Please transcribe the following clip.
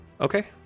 Okay